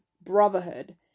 Brotherhood